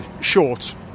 short